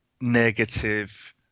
negative